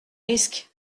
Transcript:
risque